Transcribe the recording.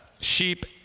sheep